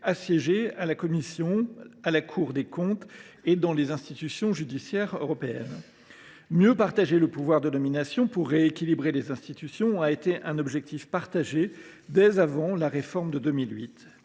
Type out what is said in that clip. à siéger à la Commission européenne, à la Cour des comptes européenne et dans les institutions judiciaires européennes. Mieux partager le pouvoir de nomination pour rééquilibrer les institutions a été un objectif partagé dès avant la réforme de 2008.